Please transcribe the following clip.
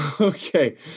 Okay